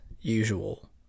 usual